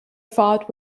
fought